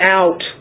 out